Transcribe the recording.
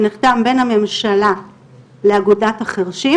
שנחתם בין הממשלה לאגודת החרשים,